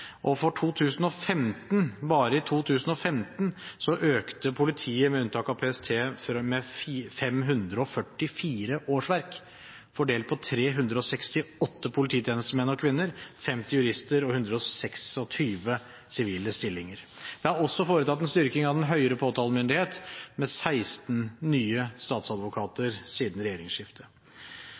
Og for 2015, bare i 2015, økte politiet, med unntak av PST, med 544 årsverk, fordelt på 368 polititjenestemenn og -kvinner, 50 jurister og 126 sivile stillinger. Det er også foretatt en styrking av den høyere påtalemyndighet med 16 nye statsadvokater siden regjeringsskiftet.